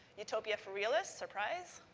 utopia for realists. surprise.